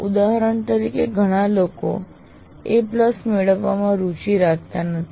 ઉદાહરણ તરીકે ઘણા લોકો દરેક વખતે A મેળવવામાં રુચિ રાખતા નથી